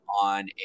on